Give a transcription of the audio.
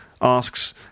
asks